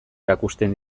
erakusten